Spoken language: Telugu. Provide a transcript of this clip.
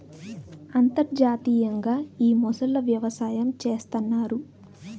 అంతర్జాతీయంగా ఈ మొసళ్ళ వ్యవసాయం చేస్తన్నారు